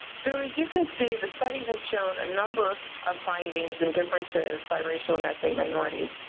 so, as you can see, the study has shown a number of findings and differences by racial and ethnic minorities.